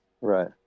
Right